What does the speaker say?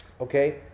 Okay